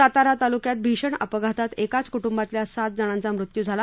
सातारा तालुक्यात भीषण अपघातात किाच कु िवातल्या सात जणांचा मृत्यू झाला